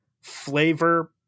flavor